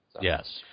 Yes